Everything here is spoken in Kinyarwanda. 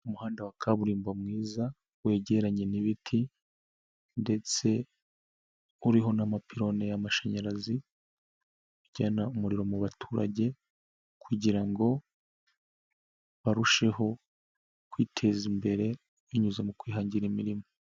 Umuhanda wa kaburimbo mwiza, wegeranye n'ibiti ndetse uriho n'amapirone y'amashanyarazi, ajyana umuriro mu baturage kugira barusheho kwiteza imbere, binyuze mu kwihangira imirimo.